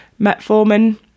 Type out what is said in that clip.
metformin